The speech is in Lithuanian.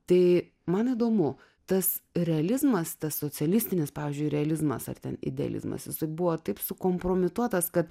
tai man įdomu tas realizmas tas socialistinis pavyzdžiui realizmas ar ten idealizmas jis buvo taip sukompromituotas kad